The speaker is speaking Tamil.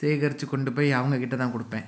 சேகரிச்சு கொண்டு போய் அவங்கக்கிட்டதான் கொடுப்பேன்